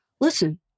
listen